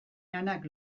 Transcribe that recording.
lanak